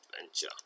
adventure